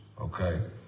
Okay